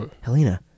Helena